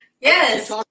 Yes